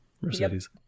Mercedes